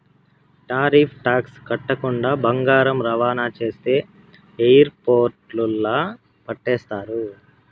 tariff tax కట్టకుండా బంగారం రవాణా చేస్తే ఎయిర్పోర్టుల్ల పట్టేస్తారు